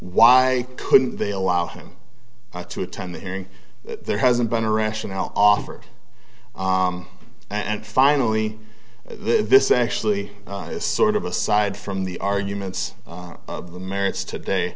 why couldn't they allow him to attend the hearing there hasn't been a rationale offered and finally this actually is sort of aside from the arguments of the merits today